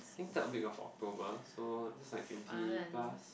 I think third week of October so that's like twenty plus